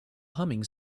humming